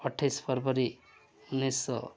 ଅଠେଇଶ ଫର୍ବରୀ ଉନେଇଶହ